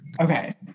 okay